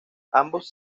ambos